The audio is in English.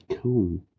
Cool